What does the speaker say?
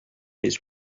his